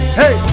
hey